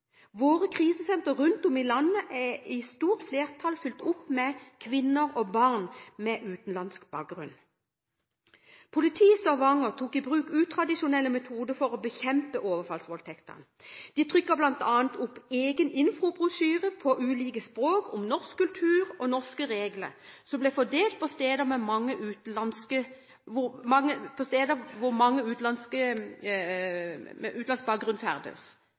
Våre krisesentre rundt om i landet er i stort flertall fylt opp med kvinner og barn med utenlandsk bakgrunn. Politiet i Stavanger tok i bruk utradisjonelle metoder for å bekjempe overfallsvoldtekter. De trykte bl.a. opp en egen infobrosjyre på ulike språk om norsk kultur og norske regler som ble fordelt på steder hvor mange med utenlandsk bakgrunn ferdes.